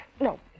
No